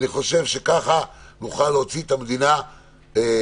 כך נוכל להוציא את המדינה יותר